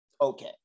okay